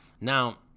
Now